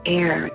air